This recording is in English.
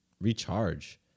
recharge